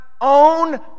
own